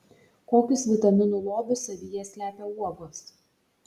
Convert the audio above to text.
kokius vitaminų lobius savyje slepia uogos